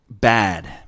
bad